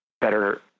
better